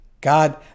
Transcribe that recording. God